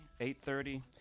8.30